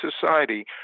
society